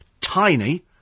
Tiny